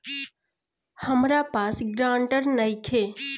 हमरा पास ग्रांटर नइखे?